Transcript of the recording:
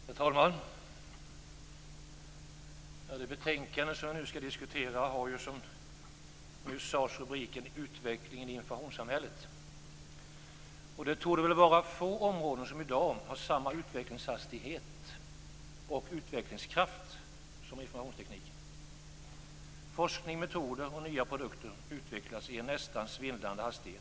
Herr talman! Det betänkande vi nu skall diskutera har som nyss sades rubriken Utvecklingen i informationssamhället. Det torde vara få områden som i dag har samma utvecklingshastighet och utvecklingskraft som informationstekniken. Forskning, metoder och nya produkter utvecklas i en nästan svindlande hastighet.